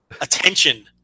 attention